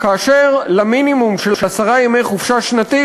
כאשר למינימום של עשרה ימי חופשה שנתית